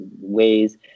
ways